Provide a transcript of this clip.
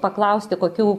paklausti kokių